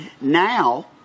Now